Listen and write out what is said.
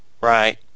Right